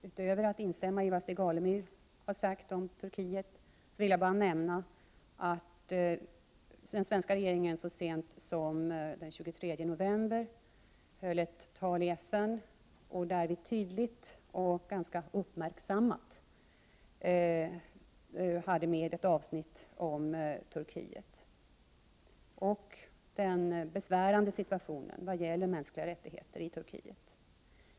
Utöver att instämma i vad Stig Alemyr sade om Turkiet vill jag bara nämna att den svenska delegaten i FN så sent som den 23 november höll ett tal, som innehöll ett tydligt och uppmärksammat avsnitt om Turkiet och om den besvärande situationen vad gäller mänskliga rättigheter där.